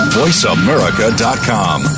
voiceamerica.com